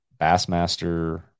Bassmaster